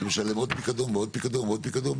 הוא משלם עוד פיקדון ועוד פיקדון ועוד פיקדון,